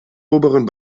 oberen